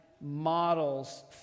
models